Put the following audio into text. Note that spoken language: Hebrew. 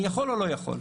אני יכול או לא יכול?